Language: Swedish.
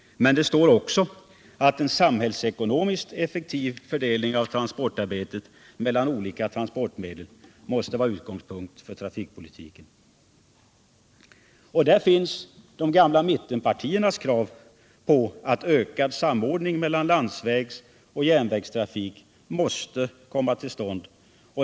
Men det står också att en samhällsekonomiskt effektiv fördelning av transportarbetet mellan olika transportmedel måste vara utgångspunkt för trafikpolitiken. Där finns de gamla mittenpartiernas krav på att ökad samordning mellan landsvägsoch järnvägstrafik måste komma till stånd.